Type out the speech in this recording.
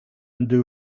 undo